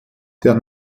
der